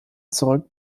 zurück